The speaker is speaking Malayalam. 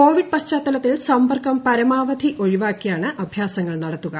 കോവിഡ് പശ്ചാത്തലിത്തിൽ സമ്പർക്കം പരമാവധി ഒഴിവാക്കിയാണ് അഭ്യാസങ്ങൾ നടത്തുക